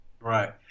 Right